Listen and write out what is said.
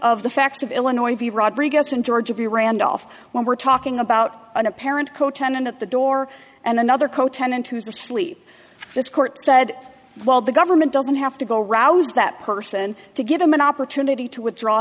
of the facts of illinois v rodriguez in georgia be randolph when we're talking about an apparent co ten and at the door and another co tenant who is asleep this court said while the government doesn't have to go rouse that person to give them an opportunity to withdraw